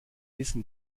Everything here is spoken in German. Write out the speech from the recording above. wissen